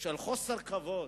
של חוסר כבוד,